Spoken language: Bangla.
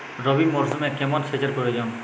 রবি মরশুমে কেমন সেচের প্রয়োজন?